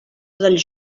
dels